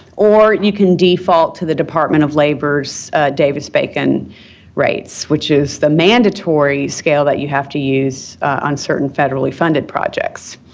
or you can default to the department of labor's davis-bacon rates, which is the mandatory scale that you have to use on certain federally-funded projects.